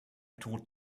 taught